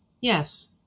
Yes